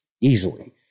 easily